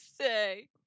say